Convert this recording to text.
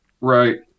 Right